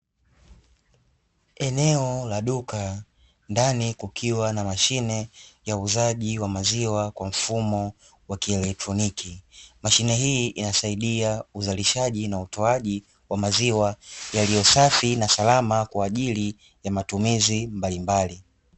Eneo la duka ndani kukiwa na mashine ya uwuzaji maziwa kwa mfumo wa kieletroniki, mashine hii inasaidia uzalishaji na utowaji wa maziwa yaliyo safi kwa ajili ya matumizi mbalimbali.